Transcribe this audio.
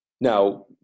Now